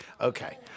Okay